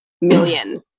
million